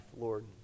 Lord